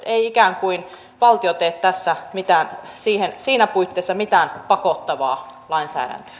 ei ikään kuin valtio tee tässä sen puitteissa mitään pakottavaa lainsäädäntöä